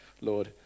Lord